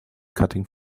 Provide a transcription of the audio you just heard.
cutting